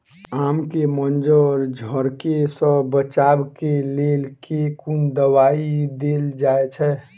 आम केँ मंजर झरके सऽ बचाब केँ लेल केँ कुन दवाई देल जाएँ छैय?